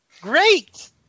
Great